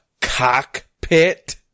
cockpit